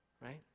right